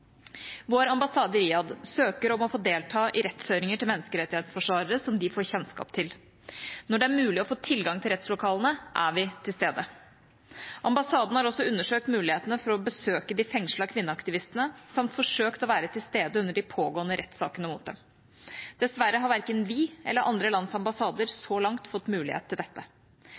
Vår ambassade i Riyadh søker om å få delta i rettshøringer til menneskerettighetsforsvarere som de får kjennskap til. Når det er mulig å få tilgang til rettslokalene, er vi til stede. Ambassaden har også undersøkt mulighetene for å besøke de fengslede kvinneaktivistene samt forsøkt å være til stede under de pågående rettssakene mot dem. Dessverre har verken vi eller andre lands ambassader så langt fått mulighet til dette.